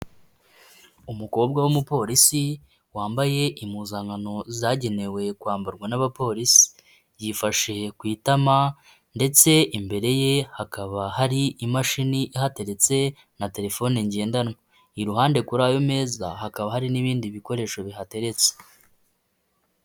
Umukobwa w'umupolisi, wambaye impuzankano zagenewe kwambarwa n'abapolisi. Yifashe ku itama ndetse imbere ye hakaba hari imashini ihateretse na telefoni ngendanwa. Iruhande kuri ayo meza hakaba hari n'ibindi bikoresho bihateretse.